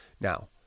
Now